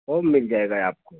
वो भी मिल जायेगा आपको